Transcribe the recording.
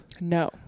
No